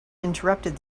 interrupted